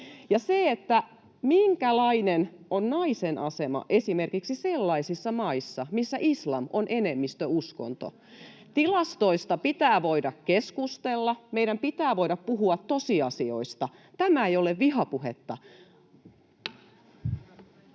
ja minkälainen on naisen asema esimerkiksi sellaisissa maissa, missä islam on enemmistöuskonto. Tilastoista pitää voida keskustella, meidän pitää voida puhua tosiasioista. Tämä ei ole vihapuhetta. [Eva